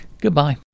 Goodbye